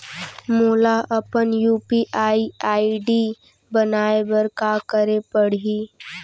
मोला अपन UPI ID बनाए बर का करे पड़ही?